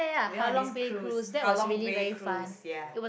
we went on this cruise Halong-Bay cruise ya